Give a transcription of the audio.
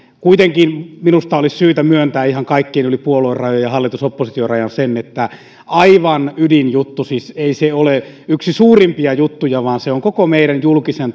kuitenkin minusta olisi syytä myöntää ihan yli kaikkien puoluerajojen ja hallitus ja oppositiorajan se että tämä on aivan ydinjuttu siis ei se ole yksi suurimpia juttuja vaan se on ihan se koko meidän julkisen